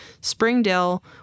Springdale